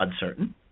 uncertain